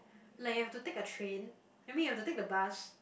like you have to take a train I mean you have to take the bus